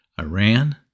Iran